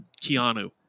Keanu